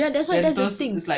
tha~ that's why that's the thing